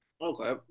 Okay